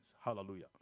hallelujah